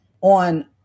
on